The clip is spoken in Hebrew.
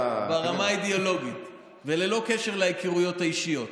ברמה האידיאולוגית, וללא קשר להיכרויות האישיות.